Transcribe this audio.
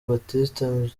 baptiste